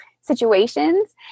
situations